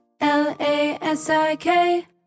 L-A-S-I-K